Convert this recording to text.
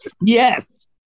yes